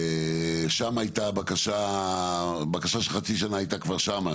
ושם הבקשה של חצי שנה הייתה כבר שם,